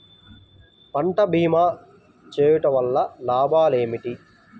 పంట భీమా చేయుటవల్ల లాభాలు ఏమిటి?